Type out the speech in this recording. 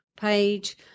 page